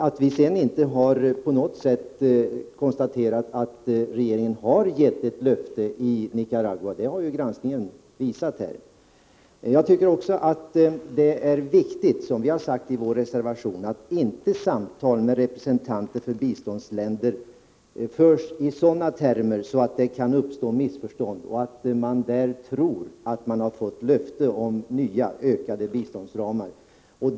Att vi sedan inte på något sätt har kunnat finna att regeringen har gett ett löfte i Nicaragua har granskningen visat. Jag tycker också att det är viktigt, som vi har sagt i vår reservation, att inte samtal med representanter för biståndsländer förs i sådana termer att det kan uppstå missförstånd, så att de tror att de har fått löfte om nya ökade biståndsramar.